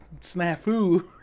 snafu